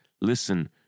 Listen